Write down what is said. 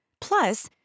Plus